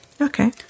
Okay